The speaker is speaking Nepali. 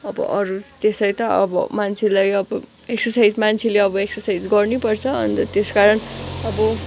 अब अरू त्यसै त अब मान्छेलाई अब एक्सरसाइज मान्छेले अब एक्सरसाइज गर्नै पर्छ अन्त त्यस कारण अब